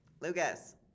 Lucas